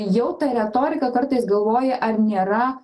jau ta retorika kartais galvoji ar nėra